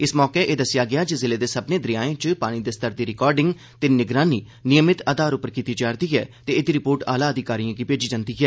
इस मौके एह दस्सेआ गेआ जे जिले दे सब्भनें दरेयाएं च पानी दे स्तर दी रिकार्डिंग ते निगरानी नियमित आधार उप्पर कीती जा'रदी ऐ ते एह्दी रिपोर्ट आला अधिकारिएं गी भेजी जंदी ऐ